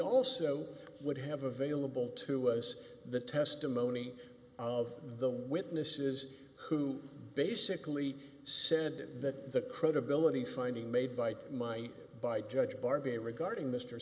also would have available to us the testimony of the witnesses who basically said that the credibility finding made by my by judge bar b regarding m